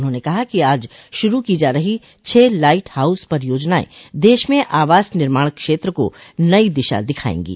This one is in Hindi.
उन्होंने कहा कि आज शुरू की जा रही छह लाइट हाउस परियोजनाएं देश में आवास निर्माण क्षेत्र को नई दिशा दिखाएंगी